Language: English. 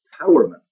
empowerment